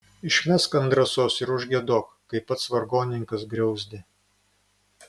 išmesk ant drąsos ir užgiedok kaip pats vargonininkas griauzdė